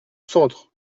centre